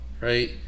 right